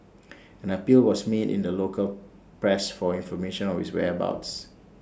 an appeal was made in the local press for information of his whereabouts